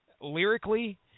lyrically